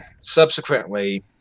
subsequently